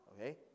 okay